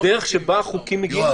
הדרך שבה חוקים מגיעים לפה.